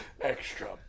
Extra